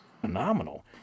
phenomenal